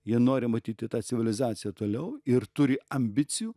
jie nori matyti tą civilizaciją toliau ir turi ambicijų